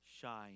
shine